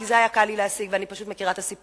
כי את זה היה לי קל להשיג ואני מכירה את הסיפור,